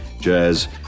jazz